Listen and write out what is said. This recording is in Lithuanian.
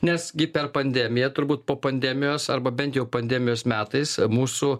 nes gi per pandemiją turbūt po pandemijos arba bent jau pandemijos metais mūsų